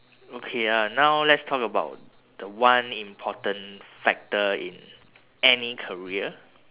okay uh now let's talk about the one important factor in any career